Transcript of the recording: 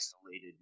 isolated